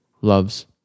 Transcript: loves